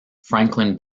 franklin